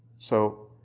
so,